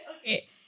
Okay